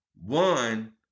One